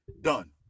done